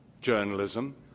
journalism